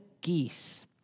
geese